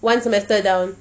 one semester down